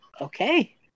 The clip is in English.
Okay